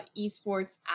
eSports